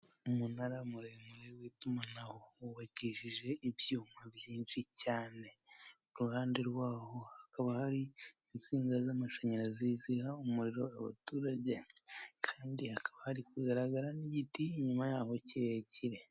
Umunara muremure w'itumanaho wubakishije ibyuma byinshi cyane. Iruhande rw'aho hakaba hari insinga z'amashanyarazi ziha umuriro abaturage. Kandi hakaba hari kugaragara n'igiti inyuma yaho kirekire.